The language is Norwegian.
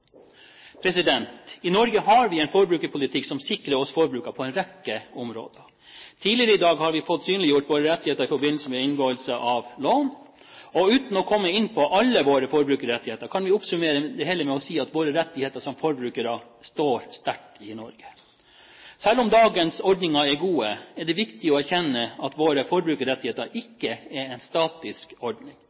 I Norge har vi en forbrukerpolitikk som sikrer oss forbrukere på en rekke områder. Tidligere i dag har vi fått synliggjort våre rettigheter i forbindelse med inngåing av lån, og uten å komme inn på alle våre forbrukerrettigheter, kan vi oppsummere det hele med å si at våre rettigheter som forbrukere står sterkt i Norge. Selv om dagens ordninger er gode, er det viktig å erkjenne at våre forbrukerrettigheter ikke er en statisk ordning.